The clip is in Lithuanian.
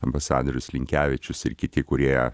ambasadorius linkevičius ir kiti kurie